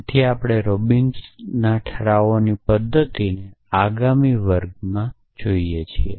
તેથી આપણે રોબિન્સનના ઠરાવોની પદ્ધતિને આગામી વર્ગમાં જોઈએ છીએ